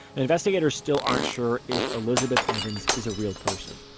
investigators still aren't sure if elizabeth evans is a real person.